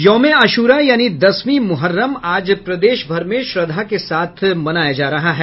यौम ए आशुरा यानी दसवीं मुहर्रम आज प्रदेश भर में श्रद्धा के साथ मनाया जा रहा है